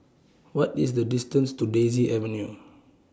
What IS The distance to Daisy Avenue